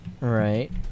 Right